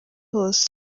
hose